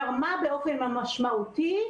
תרמה באופן משמעותי,